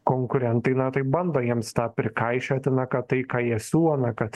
konkurentai na tai bando jiems tą prikaišioti na kad tai ką jie siūlo na kad